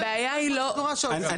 אני